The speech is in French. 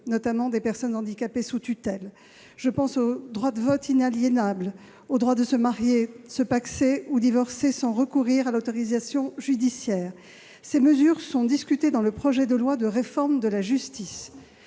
citoyenneté des personnes handicapées sous tutelle. Je pense au droit de vote inaliénable et aux droits de se marier, de se pacser ou de divorcer sans recourir à l'autorisation judiciaire. Ces mesures sont discutées dans le cadre du projet de loi de réforme de la justice.